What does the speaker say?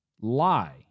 lie